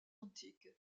antique